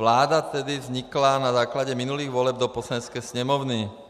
Vláda tedy vznikla na základě minulých voleb do Poslanecké sněmovny.